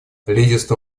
лидерство